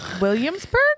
williamsburg